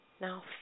Now